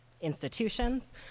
institutions